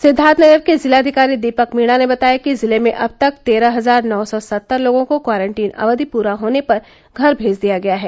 सिद्वार्थनगर के जिलाधिकारी दीपक मीणा ने बताया कि जिले में अब तक तेरह हजार नौ सौ सत्तर लोगों को क्वारंटीन अवधि पूरा होने पर घर भेज दिया गया है